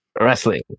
Wrestling